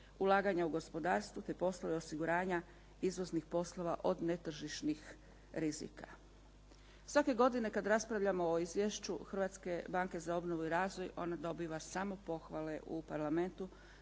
ulaganje u gospodarstvo te poslove osiguranja izvoznih poslova od netržišnih rizika. Svake godine kada raspravljamo o izvješću Hrvatske banke za obnovu i razvoj ona dobiva samo pohvale u Parlamentu